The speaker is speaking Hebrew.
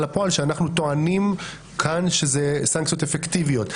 לפועל שאנחנו טוענים כאן שאלה סנקציות אפקטיביות.